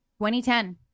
2010